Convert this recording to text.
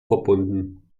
verbunden